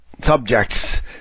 subjects